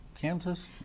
Kansas